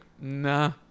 nah